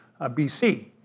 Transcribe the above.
BC